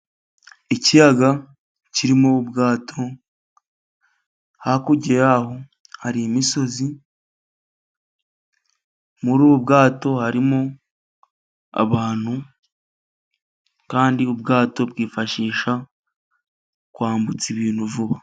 Ikiyaga kirimo ubwato hakurya y'aho hari imisozi, muri ubwo bwato harimo abantu kandi ubwato bwifashishwa mu kwambutsa ibintu vuba.